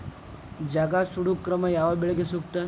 ಜಗಾ ಸುಡು ಕ್ರಮ ಯಾವ ಬೆಳಿಗೆ ಸೂಕ್ತ?